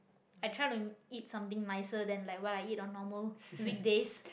I try to eat something nicer than like what I eat on normal weekdays